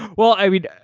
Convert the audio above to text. well, i mean,